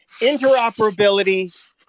interoperability